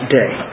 day